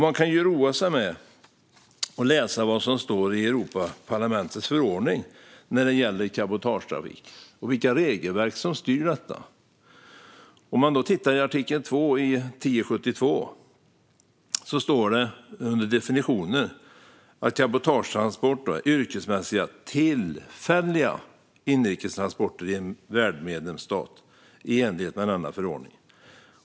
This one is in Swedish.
Man kan roa sig med vad som står i Europaparlamentets förordning när det gäller cabotagetrafik och vilka regelverk som styr den trafiken. Om man tittar på förordning 1072 under rubriken "Definitioner" i artikel 2 står det att det är fråga om "cabotagetransport: yrkesmässiga, tillfälliga inrikestransporter i en värdmedlemsstat i enlighet med denna förordning".